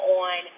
on